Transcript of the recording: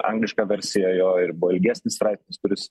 angliška versija jo ir buvo ilgesnis straipsnis kuris